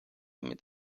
mit